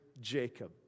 Jacob